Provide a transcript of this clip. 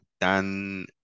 Dan